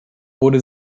wurde